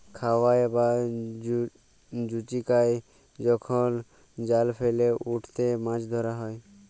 খাবাই বা জুচিকাই যখল জাল ফেইলে উটতে মাছ ধরা হ্যয়